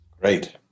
Great